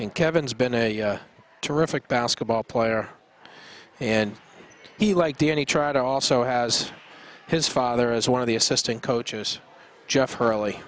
think kevin's been a terrific basketball player and he like d n a try to also has his father as one of the assistant coaches jeff hurley